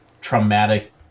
traumatic